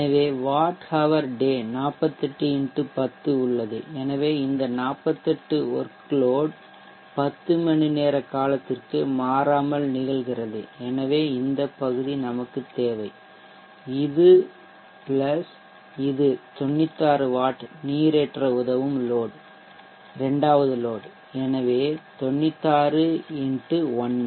எனவே watt hour day 48 x 10 உள்ளது எனவே இந்த 48 ஒர்க்லோட் 10 மணிநேர காலத்திற்கு மாறாமல் நிகழ்கிறது எனவே இந்த பகுதி நமக்குத் தேவை இது பிளஸ் இது 96 வாட் நீரேற்ற உதவும் லோட் 2 வது லோட் எனவே இது 96 x 1